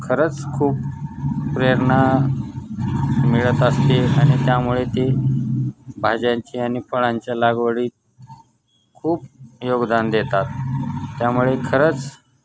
खरंच खूप प्रेरणा मिळत असते आणि त्यामुळे ते भाज्यांची आणि फळांच्या लागवडीत खूप योगदान देतात त्यामुळे खरंच